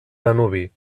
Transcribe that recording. danubi